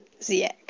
Ziek